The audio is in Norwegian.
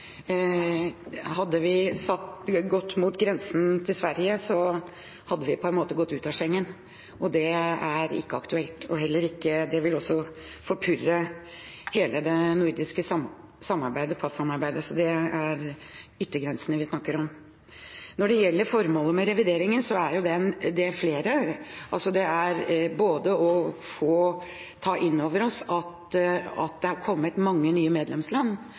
Hadde vi gått mot grensen til Sverige, hadde vi på en måte gått ut av Schengen, og det er ikke aktuelt. Det ville også forpurret hele det nordiske passamarbeidet, så det er yttergrensen vi snakker om. Det er flere formål med revideringen. Man må ta inn over seg at det er kommet mange nye medlemsland, og at den økonomiske situasjonen også er annerledes i Europa, i tillegg til at